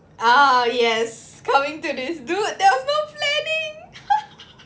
ah yes coming to this dude there was no planning